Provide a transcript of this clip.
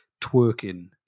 twerking